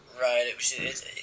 Right